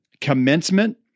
commencement